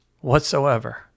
whatsoever